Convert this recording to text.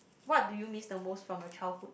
what do you miss the most from a childhood